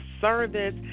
service